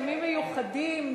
ימים מיוחדים,